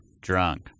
drunk